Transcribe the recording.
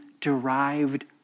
derived